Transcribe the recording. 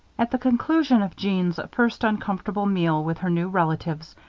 at the conclusion of jeanne's first uncomfortable meal with her new relatives,